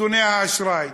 נתוני אשראי.